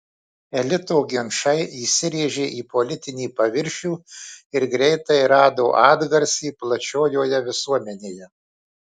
elito ginčai įsirėžė į politinį paviršių ir greitai rado atgarsį plačiojoje visuomenėje